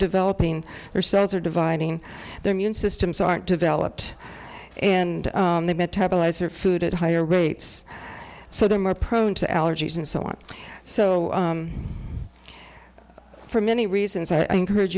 developing their cells are dividing their mune systems aren't developed and the metabolize her food at higher rates so they're more prone to allergies and so on so for many reasons i encourage